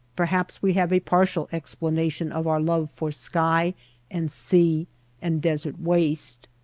perhaps we have a partial explanation of our love for sky and sea and desert waste.